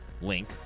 link